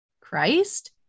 Christ